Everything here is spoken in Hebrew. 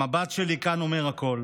המבט שלי כאן אומר הכול.